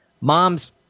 mom's